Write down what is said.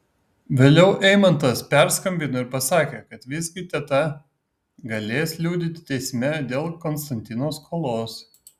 vėliau eimantas perskambino ir pasakė kad visgi teta galės liudyti teisme dėl konstantino skolos